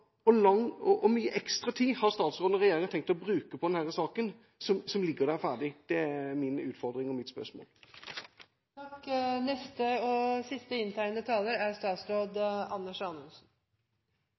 og klar framdrift for å få til dette. Hvor mye ekstra tid har statsråden og regjeringa tenkt å bruke på denne saken, som ligger der ferdig? Det er min utfordring og mitt spørsmål.